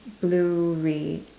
blue red